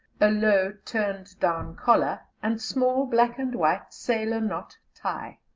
a low, turned down collar, and small black and white sailor knot tie.